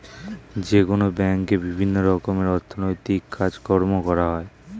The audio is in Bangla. যেকোনো ব্যাঙ্কে বিভিন্ন রকমের অর্থনৈতিক কাজকর্ম করা হয়